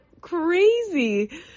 crazy